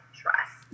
trust